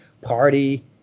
party